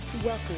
Welcome